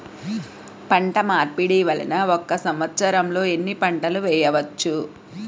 పంటమార్పిడి వలన ఒక్క సంవత్సరంలో ఎన్ని పంటలు వేయవచ్చు?